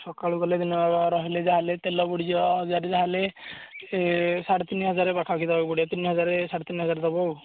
ସକାଳୁ ଗଲେ ଦିନଯାକ ରହିଲେ ଯାହା ହେଲେ ତେଲ ପଡ଼ିଯିବ ଯାହା ହେଲେ ସେ ସାଢେ ତିନି ହଜାର ପାଖାପାଖି ଦେବାକୁ ପଡ଼ିବ ତିନି ହଜାର ସାଢେ ତିନି ହଜାର ଦେବ ଆଉ